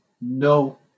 no